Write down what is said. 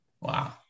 Wow